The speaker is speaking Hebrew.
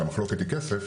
שהמחלוקת היא כסף,